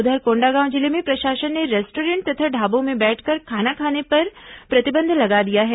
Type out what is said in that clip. उधर कोंडागांव जिले में प्रशासन ने रेस्टॉरेंट तथा ढाबों में बैठकर खाना खाने पर प्रतिबंध लगा दिया है